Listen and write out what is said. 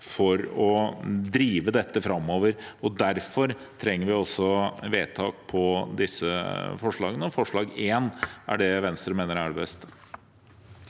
for å drive dette framover. Derfor trenger vi også vedtak om disse forslagene. Forslag nr. 1 er det Venstre mener er det